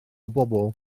bobl